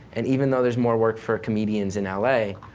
and even though there's more work for comedians in l a,